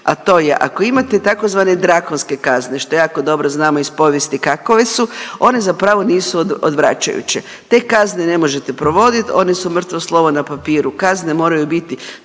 a to je ako imate tzv. drakonske kazne, što jako dobro znamo iz povijesti kakove su, one zapravo nisu odvraćajuće. Te kazne ne možete provodit, one su mrtvo slovo na papiru, kazne moraju biti